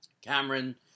Cameron